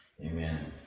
Amen